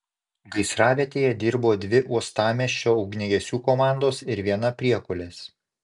gaisravietėje dirbo dvi uostamiesčio ugniagesių komandos ir viena priekulės